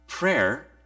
Prayer